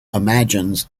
imagines